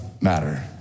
matter